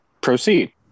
Proceed